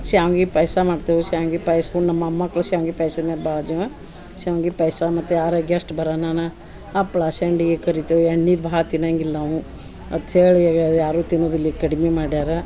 ಶ್ಯಾಮ್ಗಿ ಪಾಯಸ ಮಾಡ್ತೇವು ಶಾಮ್ಗಿ ಪಯ್ಸ್ಕು ನಮ್ಮ ಮಮ್ಮಕ್ಳ ಶಾಮ್ಗಿ ಪಾಯ್ಸದ್ ಮೇಲೆ ಶಾಮ್ಗಿ ಪಾಯ್ಸ ಮತ್ತು ಯಾರ ಗೆಸ್ಟ್ ಬರನಾನ ಹಪ್ಳ ಸಂಡಿಗೆ ಕರಿತೆವೆ ಎಣ್ಣೆದು ಬಹಳ ತಿನ್ನಂಗಿಲ್ಲ ನಾವು ಅಂತ್ಹೇಳಿ ಯಾರು ತಿನ್ನುದಿಲ್ಲ ಈಗ ಕಡಿಮೆ ಮಾಡ್ಯಾರೆ